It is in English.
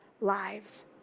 lives